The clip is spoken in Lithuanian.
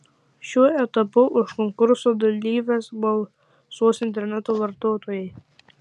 šiuo etapu už konkurso dalyves balsuos interneto vartotojai